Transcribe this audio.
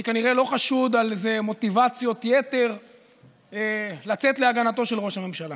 אני כנראה לא חשוד במוטיבציות יתר לצאת להגנתו של ראש הממשלה